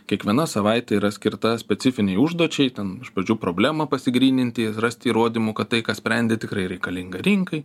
kiekviena savaitė yra skirta specifinei užduočiai ten iš pradžių problemą pasigrynintiir rasti įrodymų kad tai ką sprendi tikrai reikalinga rinkai